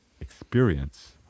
experience